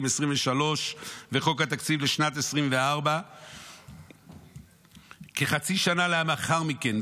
2023 וחוק התקציב לשנת 2024. כחצי שנה לאחר מכן,